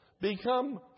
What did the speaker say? Become